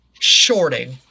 Shorting